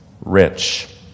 rich